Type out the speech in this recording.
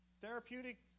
therapeutic